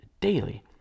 daily